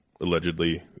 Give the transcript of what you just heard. Allegedly